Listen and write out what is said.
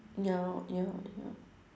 ya lor ya ya